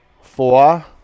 Four